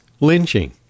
lynching